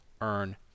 earn